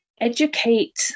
educate